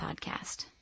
podcast